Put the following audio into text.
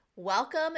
Welcome